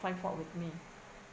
find fault with me